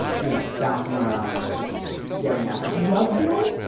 you know bouncing around, just getting after drug dealing?